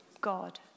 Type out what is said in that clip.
God